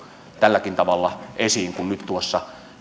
tälläkin tavalla esiin kuin nyt tuossa